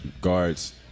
guards